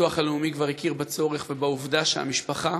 הביטוח הלאומי כבר הכיר בצורך ובעובדה שהמשפחה